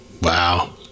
Wow